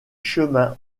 chemin